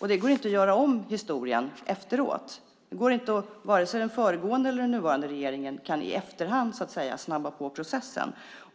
Det går inte att göra om historien efteråt. Varken den föregående eller den nuvarande regeringen kan i efterhand snabba på processen.